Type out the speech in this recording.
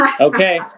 Okay